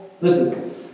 listen